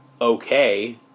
okay